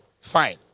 fine